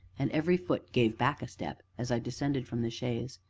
and every foot gave back a step as i descended from the chaise.